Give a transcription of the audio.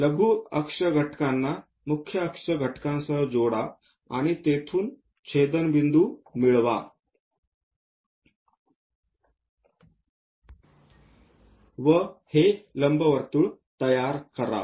लघु अक्ष घटकांना मुख्य अक्ष घटकांसह जोडा आणि तेथून छेदनबिंदू मिळवा हे लंबवर्तुळ तयार करा